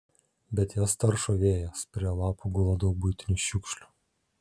bet jas taršo vėjas prie lapų gula daug buitinių šiukšlių